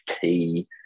tea